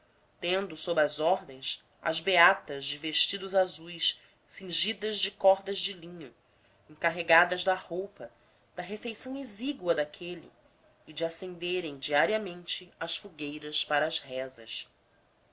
tendo sob as ordens as beatas de vestidos azuis cingidas de cordas de linho encarregadas da roupa da refeição exígua daquele e de acenderem diariamente as fogueiras para as rezas